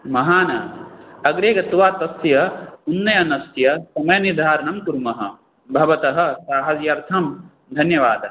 महान् अग्रे गत्वा तस्य उन्नयनस्य समयनिर्धारणं कुर्मः भवतः सहाय्यार्थं धन्यवादः